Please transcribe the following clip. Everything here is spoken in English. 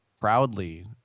proudly